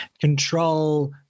control